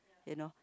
you know